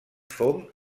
fong